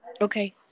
Okay